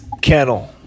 kennel